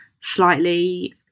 slightly